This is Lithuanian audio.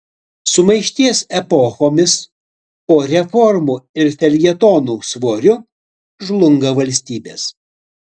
sumaišties epochomis po reformų ir feljetonų svoriu žlunga valstybės